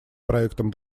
проектом